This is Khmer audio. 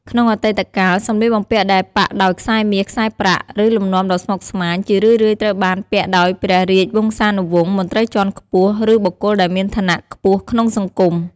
ក្នុងអតីតកាល សម្លៀកបំពាក់ដែលប៉ាក់ដោយខ្សែមាស ខ្សែប្រាក់ ឬលំនាំដ៏ស្មុគស្មាញ ជារឿយៗត្រូវបានពាក់ដោយព្រះរាជវង្សានុវង្ស មន្ត្រីជាន់ខ្ពស់ ឬបុគ្គលដែលមានឋានៈខ្ពស់ក្នុងសង្គម។